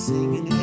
Singing